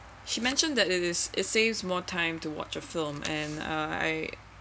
she mentioned that it is it saves more time to watch a film and uh I